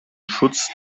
schutz